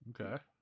okay